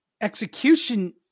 execution